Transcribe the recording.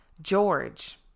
George